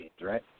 right